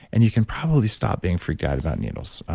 and you can probably stop being freaked out about needles.